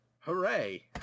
Hooray